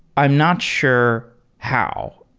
i'm not sure how.